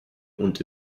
und